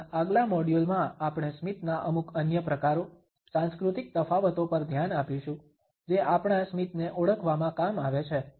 આપણા આગલા મોડ્યુલમાં આપણે સ્મિતના અમુક અન્ય પ્રકારો સાંસ્કૃતિક તફાવતો પર ધ્યાન આપીશું જે આપણા સ્મિતને ઓળખવામાં કામ આવે છે